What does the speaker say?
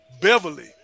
Beverly